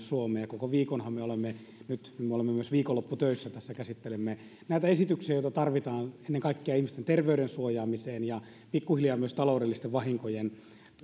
suomeen ja koko viikonhan me olemme tätä käsitelleet nyt me olemme myös viikonlopputöissä tässä käsittelemme näitä esityksiä joita tarvitaan ennen kaikkea ihmisten terveyden suojaamiseen ja pikkuhiljaa myös taloudellisten vahinkojen